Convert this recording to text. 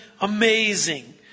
amazing